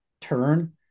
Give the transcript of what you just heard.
turn